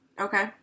Okay